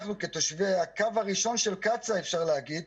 אנחנו כתושבי הקו הראשון של קצא"א, אפשר להגיד,